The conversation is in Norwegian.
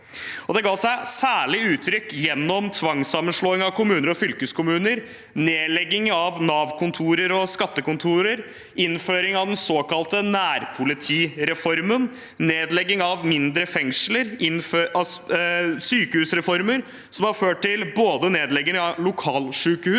Den kom særlig til uttrykk gjennom tvangssammenslåing av kommuner og fylkeskommuner, nedlegging av Nav-kontorer og skattekontorer, innføring av den såkalte nærpolitireformen, nedlegging av mindre fengsler, sykehusreformer som har ført til nedlegging av lokalsykehus,